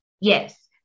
Yes